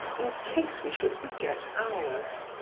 in case we should forget ours.